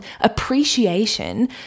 appreciation